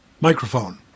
microphone